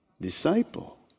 disciple